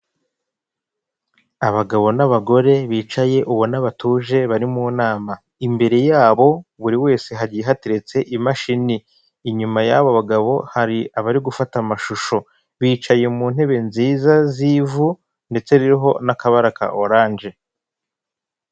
Abagabo n'abagore bicaye ubona batuje bari mu nama imbere yabo buri wese hagiye hateretse imashini, inyuma y'aba bagabo hari abari gufata amashusho, bicaye mu ntebe nziza z'ivu ndetse ririho n'akabara ka oranje.